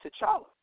T'Challa